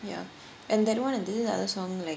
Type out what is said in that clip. ya and then [one] that did this other song like